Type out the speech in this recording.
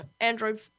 Android